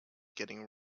getting